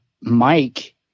Mike